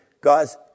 guys